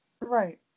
Right